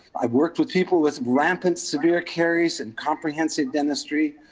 i've worked with people with rampant severe caries and comprehensive dentistry.